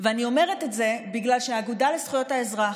ואני אומרת את זה בגלל שהאגודה לזכויות האזרח,